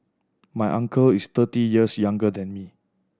my uncle is thirty years younger than me